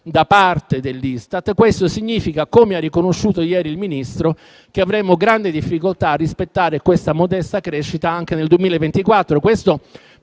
da parte dell'Istat. Questo significa, come ha riconosciuto ieri il Ministro, che avremo grande difficoltà a rispettare questa modesta crescita anche nel 2024. Signor